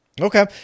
Okay